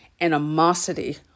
animosity